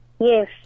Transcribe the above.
yes